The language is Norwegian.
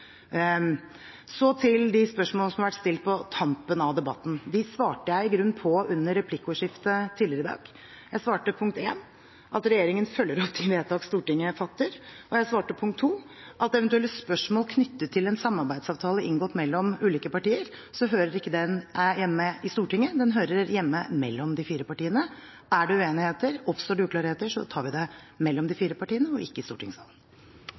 Så til de spørsmålene som har vært stilt på tampen av debatten. Jeg svarte i grunnen på dem under replikkordskiftet tidligere i dag. Jeg svarte punkt 1, at regjeringen følger opp de vedtak Stortinget fatter, og jeg svarte punkt 2, at er det eventuelle spørsmål knyttet til en samarbeidsavtale inngått mellom ulike partier, hører ikke det hjemme i Stortinget, det hører hjemme mellom de fire partiene. Er det uenigheter, og oppstår det uklarheter, tar vi det mellom de fire partiene og ikke i stortingssalen.